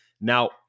Now